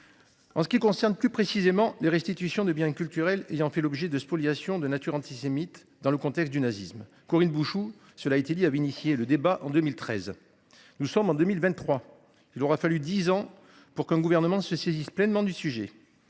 En ce qui concerne plus précisément les restitutions de biens culturels ayant fait l'objet de spoliation de nature antisémite dans le contexte du nazisme Corinne Bouchoux, cela a été dit avait initié le débat en 2013. Nous sommes en 2023. Il aura fallu 10 ans pour qu'un gouvernement se saisisse pleinement du sujet.